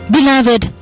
Beloved